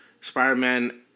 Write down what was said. Spider-Man